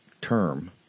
term